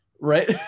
right